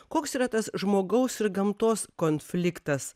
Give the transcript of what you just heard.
koks yra tas žmogaus ir gamtos konfliktas